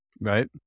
Right